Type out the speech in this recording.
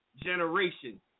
generation